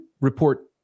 report